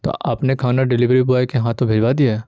تو آپ نے کھانا ڈلیوری بوائے کے ہاتھوں بھیجوا دیا ہے